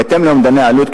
בהתאם לאומדני עלות,